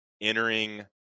entering